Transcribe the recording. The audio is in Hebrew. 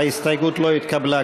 ההסתייגות לא התקבלה.